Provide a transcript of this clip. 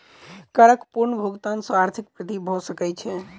करक पूर्ण भुगतान सॅ आर्थिक वृद्धि भ सकै छै